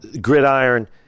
gridiron